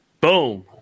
Boom